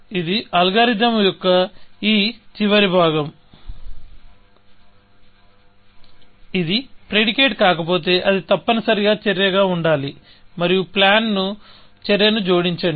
ఇది అల్గోరిథం యొక్క ఈ చివరి భాగం ఇది ప్రెడికేట్ కాకపోతే అది తప్పనిసరిగా చర్యగా ఉండాలి మరియు ప్లాన్ కు చర్యను జోడించండి